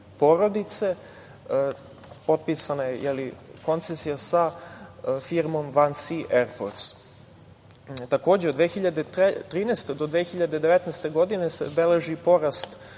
Potpisana je koncesija sa firmom „Vansi airports“.Takođe, od 2013. do 2019. godine se beleži porast broja